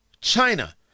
China